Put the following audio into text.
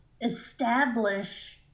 establish